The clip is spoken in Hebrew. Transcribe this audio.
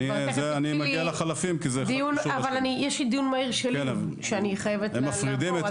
כי תכף מתחיל דיון מהיר שלי שאני חייבת לעבור אליו,